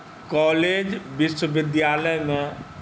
college विश्वविद्यालयमे